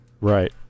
right